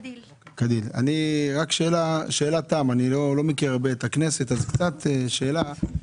אני לא מכיר הרבה את הכנסת אז שאלה קטנה.